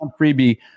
Freebie